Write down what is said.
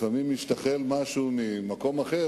לפעמים משתחל משהו ממקום אחר,